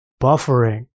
buffering